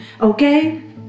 okay